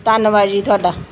ਧੰਨਵਾਦ ਜੀ ਤੁਹਾਡਾ